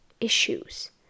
issues